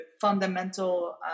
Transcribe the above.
fundamental